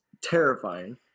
terrifying